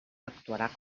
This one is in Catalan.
actuarà